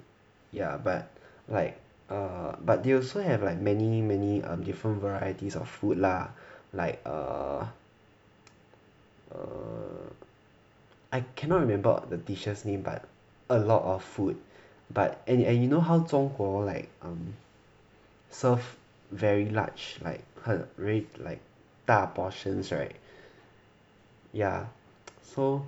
ya but like err but they also have like many many err different varieties of food lah like err um I cannot remember all the dishes name but lot of food but and and you know how 中国 like um serve very large like 很 really like 大 portions [right] ya so